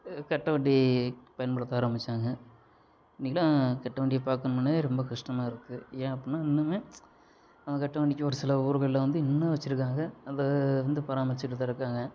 கட்டை வண்டி பயன்படுத்த ஆரம்பிச்சாங்க இன்னைக்குலாம் கட்டை வண்டியை பார்க்கணும்னா ரொம்ப கஷ்டமாக இருக்கு ஏன் அப்புட்னா இன்னுமே நம்ம கட்ட வண்டிக்கு ஒரு சில ஊருகள்ல வந்து இன்னும் வச்சியிருக்காங்க அதை வந்து பராமரிச்சிகிட்டு தான் இருக்காங்க